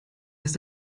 ist